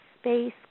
space